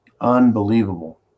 Unbelievable